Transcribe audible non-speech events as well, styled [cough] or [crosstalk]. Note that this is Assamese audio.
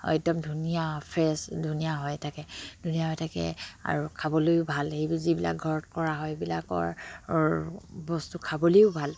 [unintelligible] ধুনীয়া ফ্ৰেছ ধুনীয়া হৈ থাকে ধুনীয়া হৈ থাকে আৰু খাবলৈও ভাল সেইব যিবিলাক ঘৰত কৰা হয় এইবিলাকৰ বস্তু খাবলেও ভাল